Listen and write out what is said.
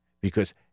because-